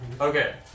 Okay